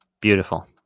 Beautiful